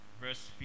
verse